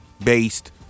based